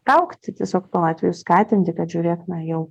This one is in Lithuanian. taukti tiesiog tuo atveju skatinti kad žiūrėk na jau